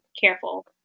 careful